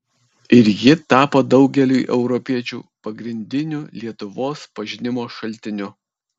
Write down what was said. ir ji tapo daugeliui europiečių pagrindiniu lietuvos pažinimo šaltiniu